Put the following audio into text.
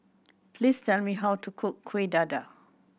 please tell me how to cook Kuih Dadar